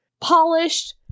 polished